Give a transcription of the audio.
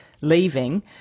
leaving